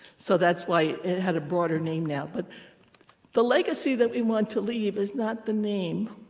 so that's why it had a broader name now. but the legacy that we want to leave is not the name,